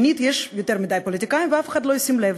שנית, יש יותר מדי פוליטיקאים ואף אחד לא ישים לב.